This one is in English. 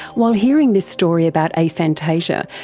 while hearing this story about aphantasia,